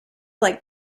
like